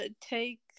take